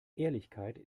ehrlichkeit